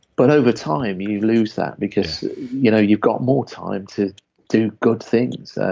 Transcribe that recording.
but over time you lose that, because you know you've got more time to do good things.